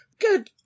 good